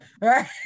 Right